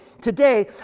today